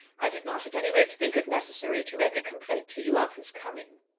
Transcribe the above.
i did not, at any rate, think it necessary to make a complaint to you of his coming.